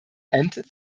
and